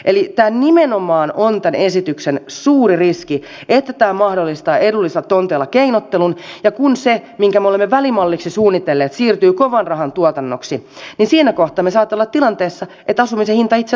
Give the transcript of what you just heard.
eli tämä nimenomaan on tämän esityksen suuri riski että tämä mahdollistaa edullisilla tonteilla keinottelun ja kun se minkä me olemme välimalliksi suunnitelleet siirtyy kovanrahan tuotannoksi siinä kohtaa me saatamme olla tilanteessa että asumisen hinta itse asiassa nousee